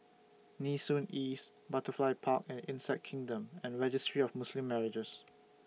Nee Soon East Butterfly Park and Insect Kingdom and Registry of Muslim Marriages